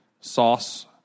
sauce